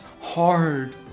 hard